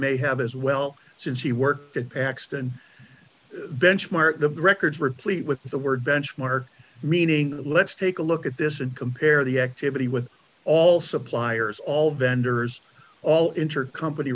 may have as well since he worked at paxton benchmark records replete with the word benchmark meaning let's take a look at this and compare the activity with all suppliers all vendors all intercompany